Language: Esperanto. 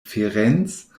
ferenc